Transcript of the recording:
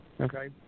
Okay